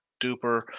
duper